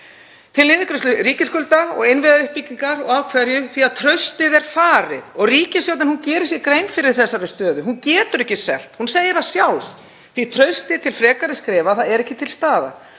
til niðurgreiðslu ríkisskulda og innviðauppbyggingar, og af hverju? Því að traustið er farið. Og ríkisstjórnin gerir sér grein fyrir þessari stöðu. Hún getur ekki selt, hún segir það sjálf, því að traustið til frekari skrefa er ekki til staðar.